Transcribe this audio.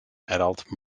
adult